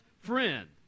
friend